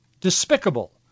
despicable